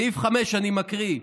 סעיף 5, אני מקריא: